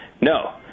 No